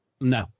No